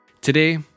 Today